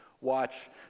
watch